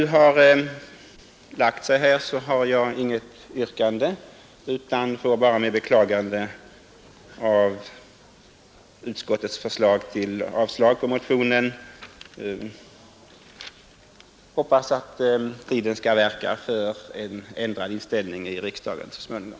Som ärendet nu ligger till har jag inget yrkande utan beklagar bara att utskottet har yrkat avslag på vår motion. Jag hoppas att tiden så småningom skall verka för en ändrad inställning i denna fråga här i riksdagen.